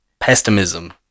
pessimism